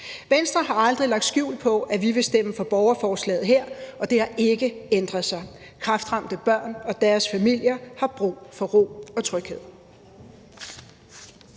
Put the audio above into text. Venstre har aldrig lagt skjul på, at vi vil stemme for borgerforslaget her, og det har ikke ændret sig. Kræftramte børn og deres familier har brug for ro og tryghed.